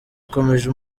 ikomeje